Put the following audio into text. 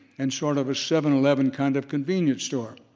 and sort of a seven eleven kind of convenience store.